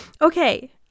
Okay